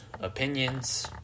opinions